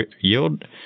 yield